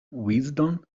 wisdom